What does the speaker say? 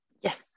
yes